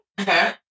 Okay